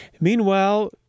Meanwhile